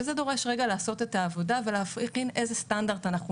וזה דורש רגע לעשות את העבודה ולהבחין איזה סטנדרט אנחנו מחילים.